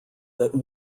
that